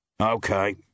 Okay